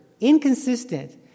inconsistent